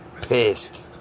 Pissed